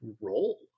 role